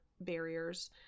barriers